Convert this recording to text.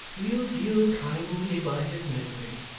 we'll deal kindly by his memory